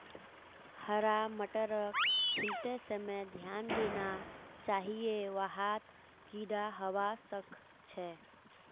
हरा मटरक छीलते समय ध्यान देना चाहिए वहात् कीडा हवा सक छे